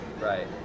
Right